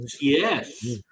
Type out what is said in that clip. yes